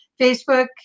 facebook